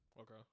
Okay